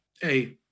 Hey